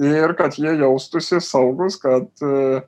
ir kad jie jaustųsi saugūs kad